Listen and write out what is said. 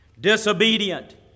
disobedient